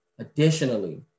Additionally